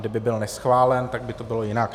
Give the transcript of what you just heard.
Kdyby byl neschválen, tak by to bylo jinak.